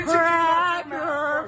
Cracker